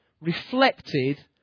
reflected